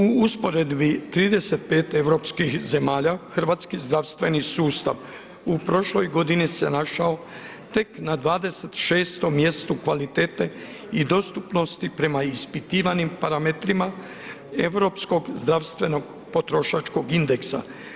U usporedbi 35 europskih zemalja, hrvatski zdravstveni sustav u prošloj godini se našao tek na 26. mjestu kvalitete i dostupnosti prema ispitivanim parametrima europskog zdravstvenog potrošačkog indeksa.